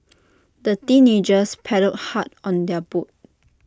the teenagers paddled hard on their boat